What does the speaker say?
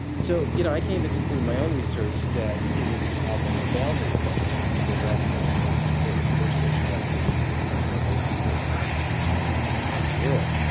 so you know i came to a conclusion my own research that it was the problem of of boundaries that led to her most important personal struggles and to her most important contributions to the larger world.